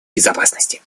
безопасности